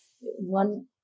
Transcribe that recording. One